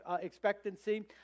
expectancy